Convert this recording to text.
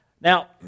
Now